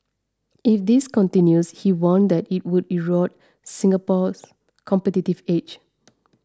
if this continues he warned that it would erode Singapore's competitive edge